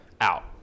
out